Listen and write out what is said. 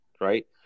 Right